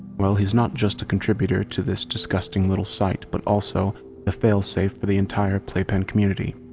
well he's not just a contributor to this disgusting little site, but also the fail safe for the entire playpen community.